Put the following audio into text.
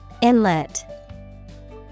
Inlet